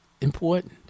important